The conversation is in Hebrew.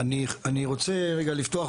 אני רוצה רגע לפתוח